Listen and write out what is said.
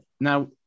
Now